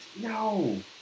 No